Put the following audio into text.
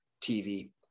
TV